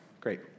Great